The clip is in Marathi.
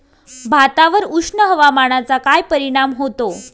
भातावर उष्ण हवामानाचा काय परिणाम होतो?